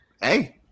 Hey